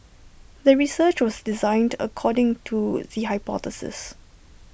the research was designed according to the hypothesis